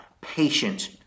patient